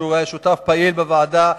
שהיה שותף פעיל בוועדה,